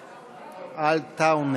עטאונה.